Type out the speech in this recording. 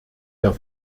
der